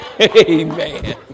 Amen